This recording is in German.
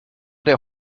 der